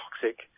toxic